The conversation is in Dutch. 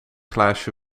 glaasje